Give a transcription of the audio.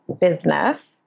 business